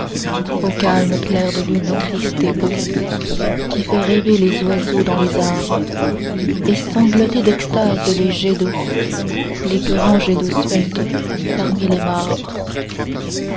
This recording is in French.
au calme clair de lune triste et beau qui fait rêver les oiseaux dans les arbres et sangloter d'extase les jets d'eau les grands jets d'eau sveltes parmi les marbres